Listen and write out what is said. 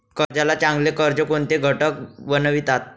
कर्जाला चांगले कर्ज कोणते घटक बनवितात?